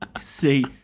See